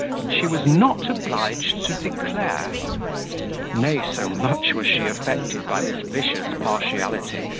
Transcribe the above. which she was not obliged to declare nay, so much was she infected by this vicious partiality,